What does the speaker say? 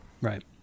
right